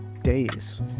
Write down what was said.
days